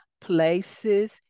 places